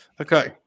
Okay